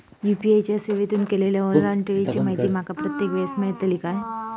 UPI च्या सेवेतून केलेल्या ओलांडाळीची माहिती माका प्रत्येक वेळेस मेलतळी काय?